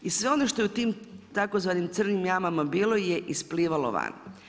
I sve ono što je u tim tzv. crnim jamama bilo, je isplivalo van.